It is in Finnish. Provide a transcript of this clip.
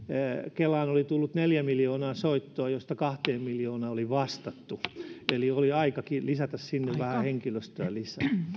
kelaan oli tullut neljä miljoonaa soittoa joista kahteen miljoonaan oli vastattu eli oli aikakin lisätä sinne vähän henkilöstöä lisää